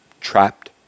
trapped